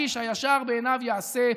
איש הישר בעיניו יעשה,